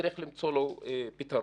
צריך למצוא לו פתרון.